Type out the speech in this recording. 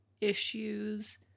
issues